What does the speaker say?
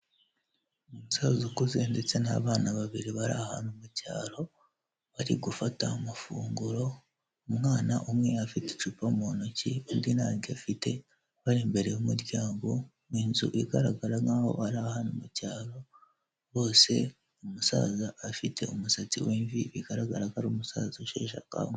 Umusaza ukuze ndetse n'abana babiri bari ahantu mu cyaro bari gufata amafunguro umwana umwe afite icupa mu ntoki undi ntaryo afite bari imbere y'umuryango nzu igaragara nkaho ari ahantu mu cyaro, ryose umusaza afite umusatsi w'imvi bigaragara ko ari umusaza usheshakanguhe.